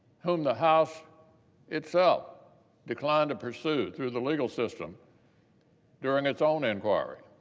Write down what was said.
whom the house itself declined to pursue through the legal system during its own inquiry.